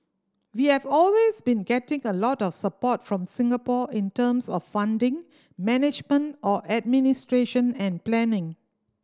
we have always been getting a lot of support from Singapore in terms of funding management or administration and planning